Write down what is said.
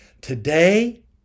Today